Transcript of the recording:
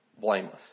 blameless